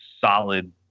solid